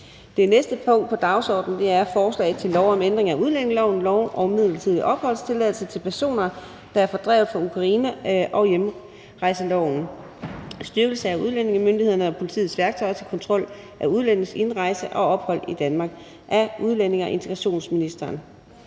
behandling af lovforslag nr. L 40: Forslag til lov om ændring af udlændingeloven, lov om midlertidig opholdstilladelse til personer, der er fordrevet fra Ukraine, og hjemrejseloven. (Styrkelse af udlændingemyndighedernes og politiets værktøjer til kontrol af udlændinges indrejse og ophold i Danmark). Af udlændinge- og integrationsministeren